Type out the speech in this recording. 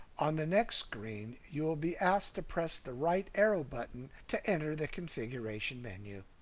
on the next screen you'll be asked to press the right arrow button to enter the configuration menu.